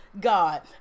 God